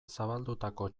zabaldutako